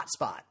hotspot